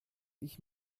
ich